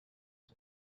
for